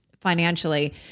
financially